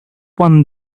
one